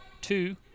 two